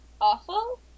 awful